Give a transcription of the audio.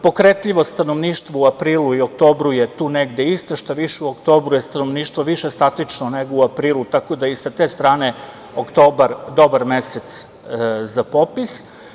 Pokretljivo stanovništvo u aprilu i oktobru je tu negde isto, šta više u oktobru je stanovništvo više statično nego u aprilu, tako da je i sa te strane oktobar dobar mesec za popis.